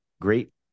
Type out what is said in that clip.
great